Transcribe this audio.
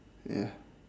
ya